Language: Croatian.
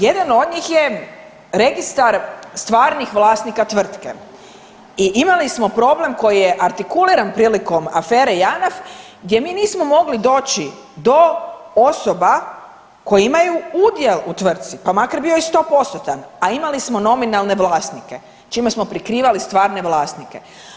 Jedan od njih je Registar stvarnih vlasnika tvrtke i imali smo problem koji je artikuliran prilikom afere JANAF gdje mi nismo mogli doći do osoba koje imaju udjel u tvrtci pa makar bio i 100%-tan, a imali smo nominalne vlasnike čime smo prikrivali stvarne vlasnike.